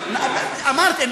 אמרתי,